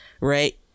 right